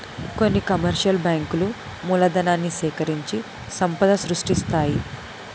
కొన్ని కమర్షియల్ బ్యాంకులు మూలధనాన్ని సేకరించి సంపద సృష్టిస్తాయి